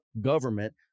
government